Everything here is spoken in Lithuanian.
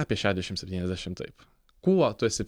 apie šedešim septyniasdešim taip kuo tu esi